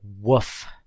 Woof